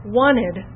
wanted